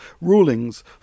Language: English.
rulings